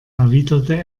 erwiderte